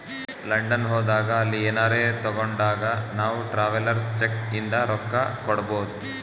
London ಹೋದಾಗ ಅಲ್ಲಿ ಏನರೆ ತಾಗೊಂಡಾಗ್ ನಾವ್ ಟ್ರಾವೆಲರ್ಸ್ ಚೆಕ್ ಇಂದ ರೊಕ್ಕಾ ಕೊಡ್ಬೋದ್